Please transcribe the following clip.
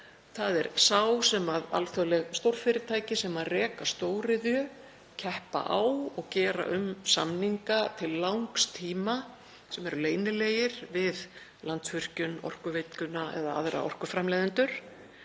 þ.e. sá sem alþjóðleg stórfyrirtæki sem reka stóriðju keppa á og gera um samninga til langs tíma sem eru leynilegir við Landsvirkjun, Orkuveituna eða aðra orkuframleiðendur